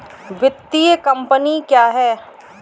वित्तीय कम्पनी क्या है?